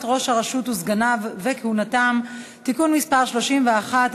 ראש הרשות וסגניו וכהונתם) (תיקון מס' 31),